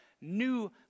new